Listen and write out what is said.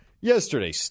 yesterday